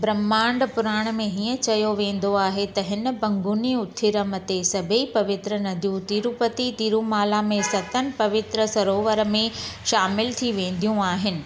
ब्रह्मंड पुराण मां हीअं चयो वींदो आहे त हिन पंगुनी उथिरम ते सभेई पवित्र नंदियूँ तिरुपति तिरुमाला में सतनि पवित्र सरोवर में शामिलु थी वेंदियूं आहिनि